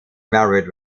married